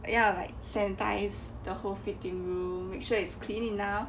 要 like sanitise the whole fitting room make sure it's clean enough